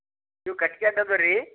ನೀವು ಕಟ್ಗೆ ರೀ